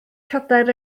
cadair